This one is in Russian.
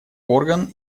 орган